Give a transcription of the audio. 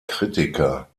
kritiker